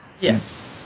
Yes